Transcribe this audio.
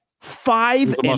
five